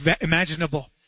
imaginable